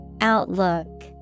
Outlook